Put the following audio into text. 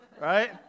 right